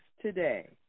today